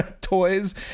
toys